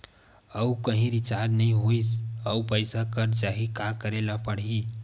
आऊ कहीं रिचार्ज नई होइस आऊ पईसा कत जहीं का करेला पढाही?